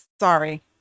sorry